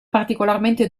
particolarmente